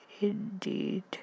indeed